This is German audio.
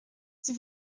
sie